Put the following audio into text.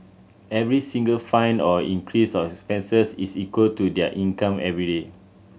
every single fine or increase of expenses is equal to their income everyday